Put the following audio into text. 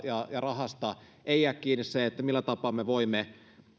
ja ja rahasta ei jää kiinni se millä tapaa me voimme